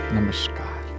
Namaskar